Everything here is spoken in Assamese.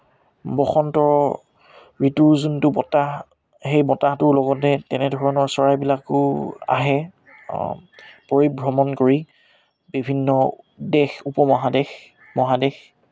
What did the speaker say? বসন্ত ঋতুৰ যোনটো বতাহ সেই বতাহটোৰ লগতে তেনেধৰণৰ চৰাইবিলাকো আহে পৰিভ্ৰমণ কৰি বিভিন্ন দেশ উপমহাদেশ মহাদেশ